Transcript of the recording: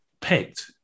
picked